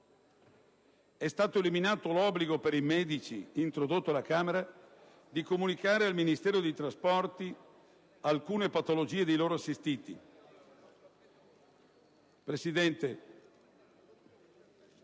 È stato eliminato l'obbligo per i medici - introdotto alla Camera - di comunicare al Ministero dei trasporti alcune patologie dei loro assistiti.